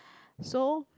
so